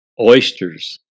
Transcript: oysters